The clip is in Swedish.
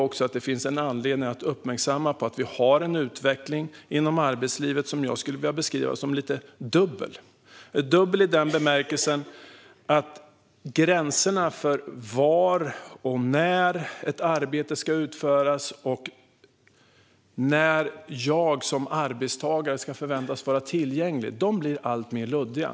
Här finns det anledning att uppmärksamma att det sker en utveckling inom arbetslivet som jag skulle vilja beskriva som lite dubbel. Den är dubbel i bemärkelsen att gränserna för var och när ett arbete ska utföras och när jag som arbetstagare förväntas vara tillgänglig blir alltmer luddiga.